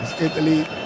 italy